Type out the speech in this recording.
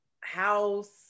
House